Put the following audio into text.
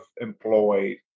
employed